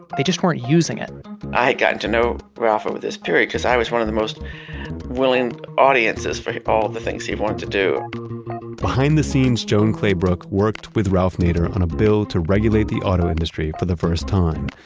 they just weren't using it i got to know ralph over this period because i was one of the most willing audiences for all the things he wanted to do behind the scenes, joan claybrook worked with ralph nader on a bill to regulate the auto industry for the first time.